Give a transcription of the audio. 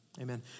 Amen